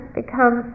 become